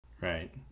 right